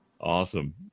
Awesome